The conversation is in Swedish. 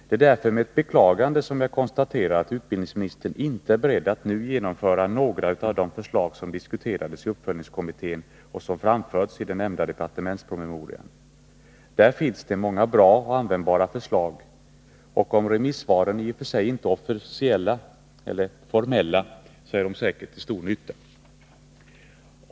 Det är därför med ett beklagande som jag konstaterar att utbildningsministern inte är beredd att nu genomföra några av de förslag som diskuterades i uppföljningskommittén och som har framförts i nämnda departementspromemoria. Där finns det många fina och användbara förslag. Även om remissvaren i och för sig inte är officiella, eller formella, är de säkerligen ändå till stor nytta.